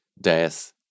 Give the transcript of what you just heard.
death